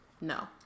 No